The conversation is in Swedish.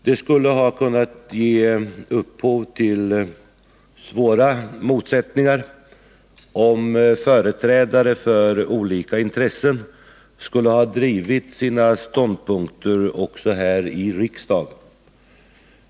Det skulle ha kunnat ge upphov till svåra motsättningar, om företrädare för olika intressen hade drivit sina ståndpunkter också här i riksdagen.